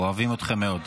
אנחנו אוהבים אתכם מאוד.